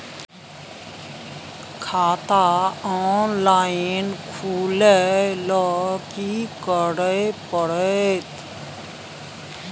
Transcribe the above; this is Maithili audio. खाता ऑनलाइन खुले ल की करे परतै?